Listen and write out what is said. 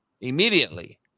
immediately